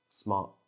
smart